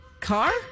Car